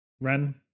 ren